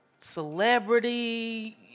celebrity